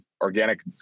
organic